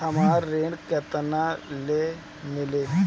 हमरा ऋण केतना ले मिली?